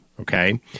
okay